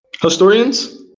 Historians